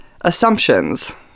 assumptions